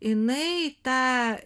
jinai tą